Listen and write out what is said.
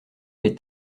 les